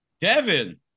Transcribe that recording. Devin